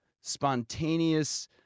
spontaneous